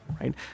right